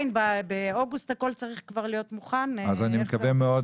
הכל צריך להיות מוכן באוגוסט.